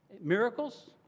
miracles